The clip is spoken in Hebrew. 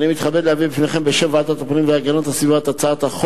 חברי הכנסת,